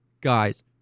guys